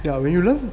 ya when you learn